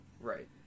Right